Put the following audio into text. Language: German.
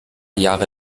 jahre